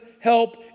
help